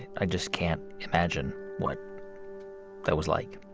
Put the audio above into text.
i just can't imagine what that was like